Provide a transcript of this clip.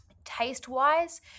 Taste-wise